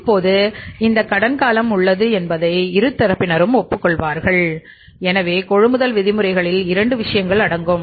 இப்போது இந்த கடன் காலம் உள்ளது என்பதை இரு தரப்பினரும் ஒப்புக்கொள்வார்கள் எனவே கொள்முதல் விதிமுறைகளில் 2 விஷயங்கள் அடங்கும்